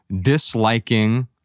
disliking